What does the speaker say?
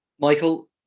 Michael